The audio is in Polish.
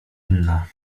inna